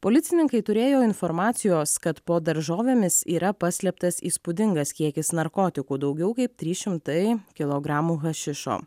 policininkai turėjo informacijos kad po daržovėmis yra paslėptas įspūdingas kiekis narkotikų daugiau kaip trys šimtai kilogramų hašišo